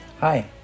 Hi